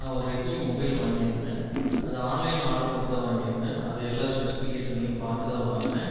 நான் ஒரு Redmi mobile வாங்கியிருந்தேன் அது ஆன்லைன்ல ஆடர் போட்டுதான் வாங்கியிருந்தேன் அது எல்லா ஸ்பெசிஃபிகேஷனையும் பார்த்துதான் வாங்கினேன்